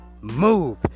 move